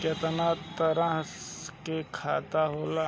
केतना तरह के खाता होला?